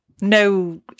No